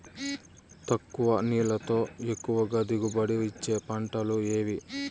తక్కువ నీళ్లతో ఎక్కువగా దిగుబడి ఇచ్చే పంటలు ఏవి?